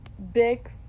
big